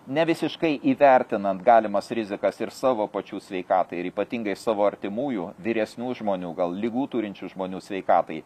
nevisiškai įvertinant galimas rizikas ir savo pačių sveikatai ir ypatingai savo artimųjų vyresnių žmonių gal ligų turinčių žmonių sveikatai